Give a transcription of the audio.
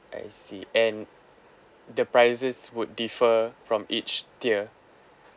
I see and the prices would differ from each tier